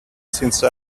since